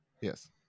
Yes